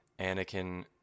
Anakin